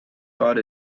got